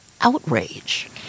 outrage